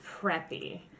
preppy